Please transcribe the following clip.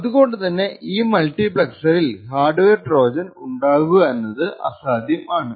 അതുകൊണ്ടുതന്നെ ഈ മൾട്ടിപ്ളെക്സിറിൽ ഹാർഡ്വെയർ ട്രോജൻ ഉണ്ടാകുക എന്നത് അസാധ്യം ആണ്